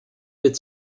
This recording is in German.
wird